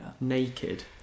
naked